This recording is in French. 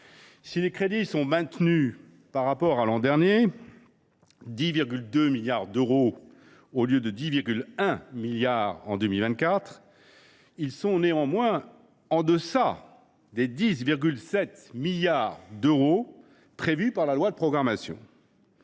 si les crédits sont maintenus par rapport à l’an dernier, à 10,2 milliards d’euros contre 10,1 milliards en 2024, ils sont en deçà des 10,7 milliards d’euros prévus par la loi de programmation.